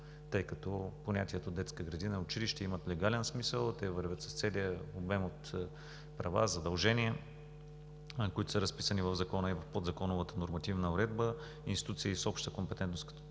тъй като понятията „детска градина“, „училище“ имат легален смисъл, те вървят с целия обем от права, задължения, които са разписани в Закона и подзаконовата нормативна уредба. Институциите с обща компетентност като